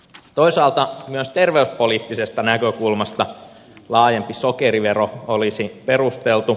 toisaalta myös terveyspoliittisesta näkökulmasta laajempi sokerivero olisi perusteltu